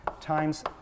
times